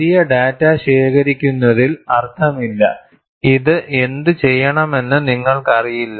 വലിയ ഡാറ്റ ശേഖരിക്കുന്നതിൽ അർത്ഥമില്ല ഇത് എന്തുചെയ്യണമെന്ന് നിങ്ങൾക്കറിയില്ല